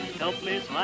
helpless